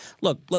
Look